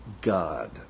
God